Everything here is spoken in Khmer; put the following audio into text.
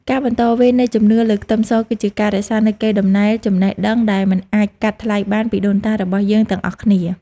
ការបន្តវេននៃជំនឿលើខ្ទឹមសគឺជាការរក្សានូវកេរ្តិ៍ដំណែលចំណេះដឹងដែលមិនអាចកាត់ថ្លៃបានពីដូនតារបស់យើងទាំងអស់គ្នា។